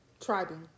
Tribing